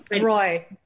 Roy